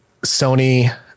Sony